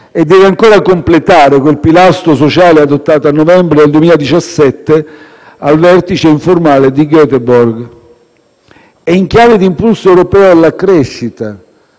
e deve ancora completare quel pilastro sociale adottato a novembre 2017 al vertice informale di Göteborg. È in chiave di impulso europeo alla crescita,